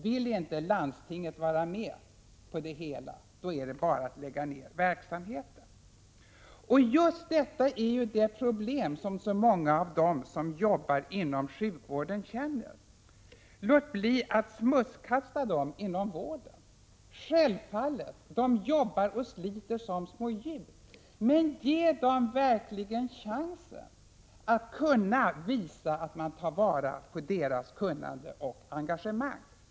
Vill inte landstinget vara med på det hela, är det bara att lägga ned verksamheten. Det är detta problem som många av dem som jobbar inom sjukvården känner. Låt bli att smutskasta dem som jobbar inom vården, säger sjukvårdsministern. Självfallet jobbar och sliter de som djur, men ge dem verkligen chansen! Visa att man tar till vara deras kunnande och engagemang!